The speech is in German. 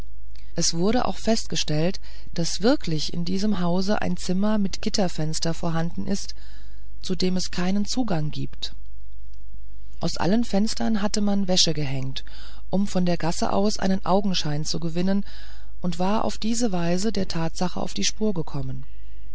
es wurde auch festgestellt daß wirklich in diesem hause ein zimmer mit gitterfenster vorhanden ist zu dem es keinen zugang gibt aus allen fenstern hatte man wäsche gehängt um von der gasse aus einen augenschein zu gewinnen und war auf diese weise der tatsache auf die spur gekommen